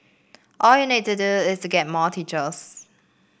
all you need to do is to get more teachers